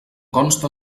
consta